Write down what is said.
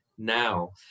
now